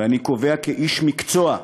ואני קובע, כאיש מקצוע: